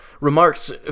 remarks